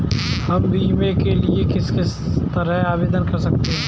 हम बीमे के लिए किस तरह आवेदन कर सकते हैं?